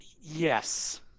yes